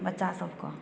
बच्चासबके